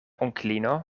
onklino